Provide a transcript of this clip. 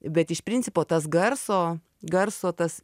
bet iš principo tas garso garso tas